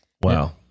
Wow